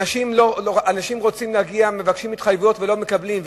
אנשים מבקשים התחייבויות ולא מקבלים,